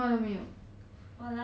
!wah!